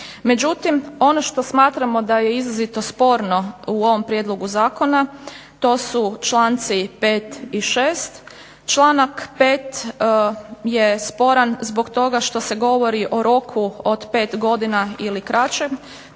Međutim, ono što smatramo da je izrazito sporno u ovom prijedlogu zakona, to su članci 5. i 6. Članak 5. je sporan zbog toga što se govori o roku od 5 godina ili kraćem,